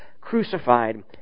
crucified